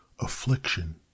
Affliction